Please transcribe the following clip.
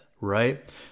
right